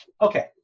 Okay